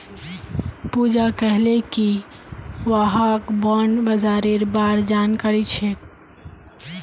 पूजा कहले कि वहाक बॉण्ड बाजारेर बार जानकारी छेक